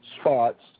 spots